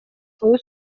свою